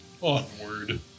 onward